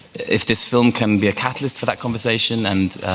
if this film can be a catalyst for that conversation and